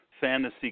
fantasy